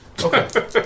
Okay